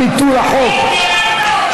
ביטול החוק),